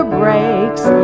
breaks